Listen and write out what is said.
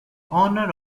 honor